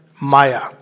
maya